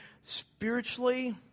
spiritually